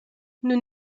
nous